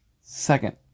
Second